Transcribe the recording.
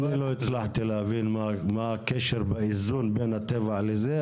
אני לא הצלחתי להבין מה הקשר באיזון בין הטבע לזה,